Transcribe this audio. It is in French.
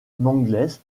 mangles